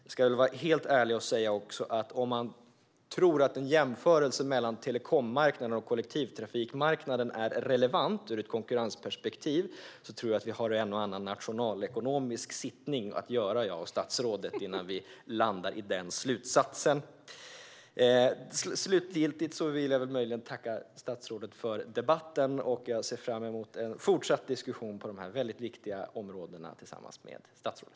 Jag ska också vara helt ärlig och säga att om han tror att en jämförelse mellan telekommarknaden och kollektivtrafikmarknaden är relevant ur ett konkurrensperspektiv har vi en och annan nationalekonomisk sittning att göra, statsrådet och jag, innan vi landar i den slutsatsen. Slutligen vill jag möjligen tacka statsrådet för debatten. Jag ser fram emot en fortsatt diskussion på dessa viktiga områden tillsammans med statsrådet.